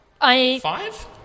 Five